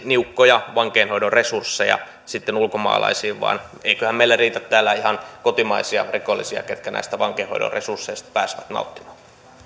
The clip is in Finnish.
niukkoja vankeinhoidon resursseja ulkomaalaisiin vaan eiköhän meillä riitä täällä ihan kotimaisia rikollisia ketkä näistä vankeinhoidon resursseista pääsevät nauttimaan